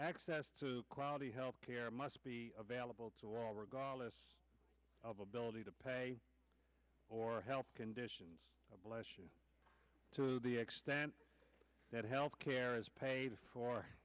access to quality health care must be available to all regardless of ability to pay or health conditions bless you to the extent that health care is paid for